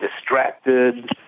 distracted